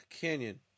Canyon